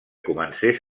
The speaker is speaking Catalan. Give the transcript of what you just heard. comencés